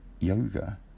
yoga